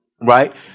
right